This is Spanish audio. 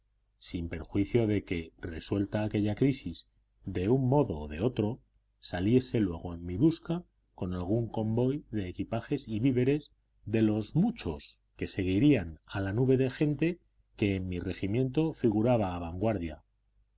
sin perjuicio de que resuelta aquella crisis de un modo o de otro saliese luego en mi busca con algún convoy de equipajes y víveres de los muchos que seguirían a la nube de gente en que mi regimiento figuraba a vanguardia